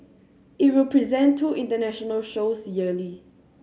it will present two international shows yearly